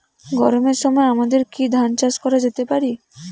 গরমের সময় আমাদের কি ধান চাষ করা যেতে পারি?